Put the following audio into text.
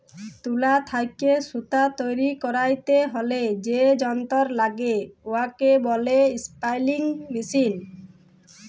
তুলা থ্যাইকে সুতা তৈরি ক্যইরতে হ্যলে যে যল্তর ল্যাগে উয়াকে ব্যলে ইস্পিলিং মেশীল